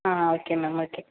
ah okay ma'am okay